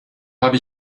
habe